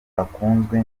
akunzwe